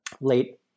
late